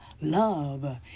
love